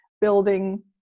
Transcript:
building